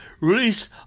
Release